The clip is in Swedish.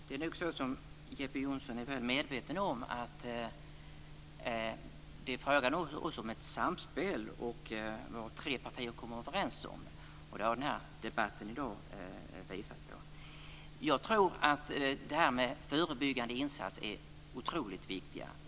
Herr talman! Som Jeppe Johnsson är väl medveten om är det fråga om ett samspel som vi tre partier har kommit överens om. Det har debatten i dag visat. Jag tror att förebyggande insatser är otroligt viktiga.